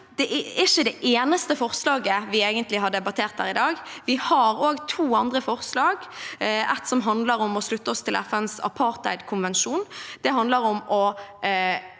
at det ikke er det eneste forslaget vi har debattert her i dag. Vi har også to andre mindretallsforslag. Det ene handler om å slutte oss til FNs apartheidkonvensjon.